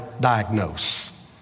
diagnose